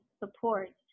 support